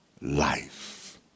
life